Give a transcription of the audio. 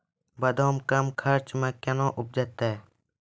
बादाम कम खर्च मे कैना उपजते?